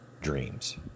dreams